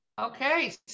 Okay